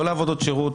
לא לעבודות שירות,